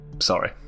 sorry